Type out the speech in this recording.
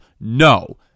No